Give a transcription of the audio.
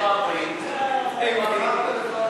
4 מיליארד השקל האלה יעשו את שני